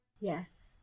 Yes